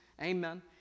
Amen